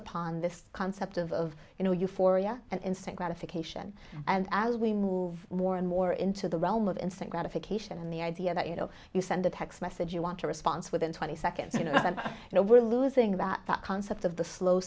upon this concept of you know euphoria and instant gratification and as we move more and more into the realm of instant gratification and the idea that you know you send a text message you want to response within twenty seconds you know you know we're losing about that concept of the slow